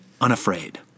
unafraid